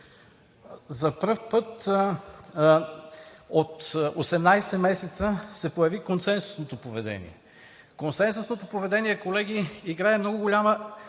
За пръв път от 18 месеца се появи консенсусното поведение. Консенсусното поведение, колеги, играе много голяма